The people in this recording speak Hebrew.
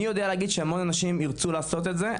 אני יודע להגיד שיש המון אנשים ירצו לעשות את זה,